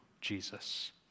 Jesus